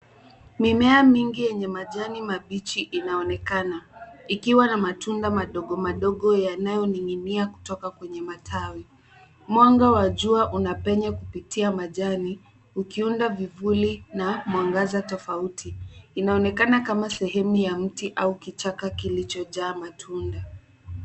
Mimea mingi yenye majani mabichi inaonekana, ikiwa na matunda madogo madogo yanayoning'inia kutoka kwenye matani. Mwanga wa jua unapenya kupitia majani, ukiunda vivuli, na mwangaza tofauti. Inaonekana kama sehemu ya mti, au kichaka kilichojaa matunda.